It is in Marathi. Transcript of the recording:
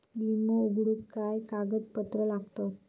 विमो उघडूक काय काय कागदपत्र लागतत?